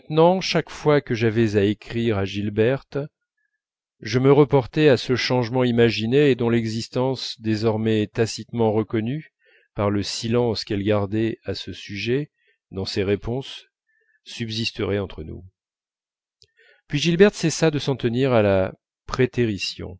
chaque fois que j'avais à écrire à gilberte je me reportais à ce changement imaginé et dont l'existence désormais tacitement reconnue par le silence qu'elle gardait à ce sujet dans ses réponses subsisterait entre nous puis gilberte cessa de s'en tenir à la